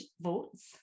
votes